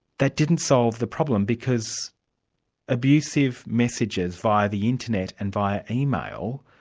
that didn't solve the problem, because abusive messages via the internet and via email,